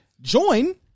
Join